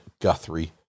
Guthrie